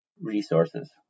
resources